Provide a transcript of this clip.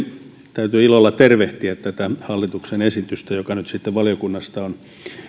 täytyy ilolla tervehtiä tätä hallituksen esitystä joka nyt sitten valiokunnasta on